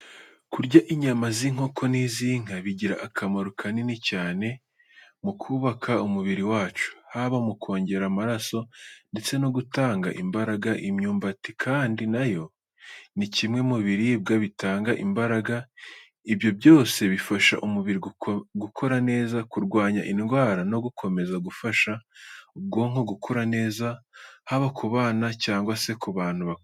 Kurya inyama z’inkoko n’iz’inka bigira akamaro kanini cyane mu kubaka umubiri wacu, haba mu kongera amaraso ndetse no gutanga imbaraga. Imyumbati kandi na yo ni kimwe mu biribwa bitanga imbaraga. Ibyo byose bifasha umubiri gukora neza, kurwanya indwara no gukomeza gufasha ubwonko gukura neza, haba ku bana cyangwa se ku bantu bakuru.